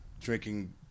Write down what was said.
drinking